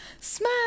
Smile